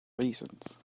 reasons